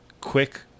quick